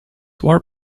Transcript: war